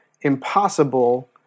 impossible